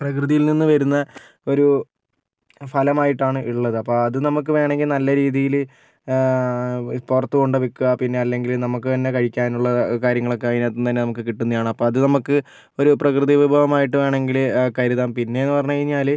പ്രകൃതിയിൽ നിന്ന് വരുന്ന ഒരു ഫലമായിട്ടാണ് ഉള്ളത് അപ്പം അത് നമുക്ക് വേണമെങ്കിൽ നല്ല രീതിയിൽ പുറത്ത് കൊണ്ട് വിൽക്കാം പിന്നെ അല്ലെങ്കിൽ നമുക്ക് തന്നെ കഴിക്കാനുള്ള കാര്യങ്ങൾ ഒക്കെ അതിനകത്തു നിന്ന് തന്നെ നമുക്ക് കിട്ടുന്നതാണ് അപ്പം അത് നമുക്ക് ഒരു പ്രകൃതി വിഭവം ആയിട്ട് വേണമെങ്കിൽ കരുതാം പിന്നെ എന്ന് പറഞ്ഞ് കഴിഞ്ഞാൽ